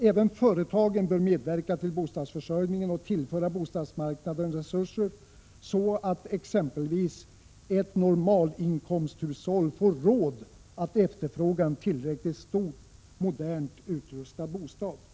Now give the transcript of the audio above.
Även företagen bör medverka till bostadsförsörjningen och tillföra bostadsmarknaden resurser så att exempelvis ett normalinkomsthushåll får råd att efterfråga en tillräckligt stor, modernt utrustad bostad. Prot.